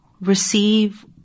receive